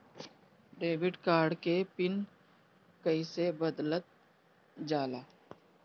Debit card के PIN कईसे बदलल जाला?